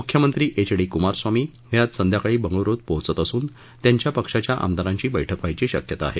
मुख्यमंत्री H D Kumaraswamy हे आज संध्याकाळी बंगळुरुत पोहचत असून त्यांच्या पक्षाच्या आमदारांची बैठक व्हायची शक्यता आहे